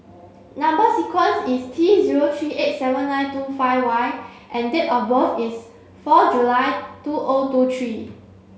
number sequence is T zero three eight seven nine two five Y and date of birth is four July two O two three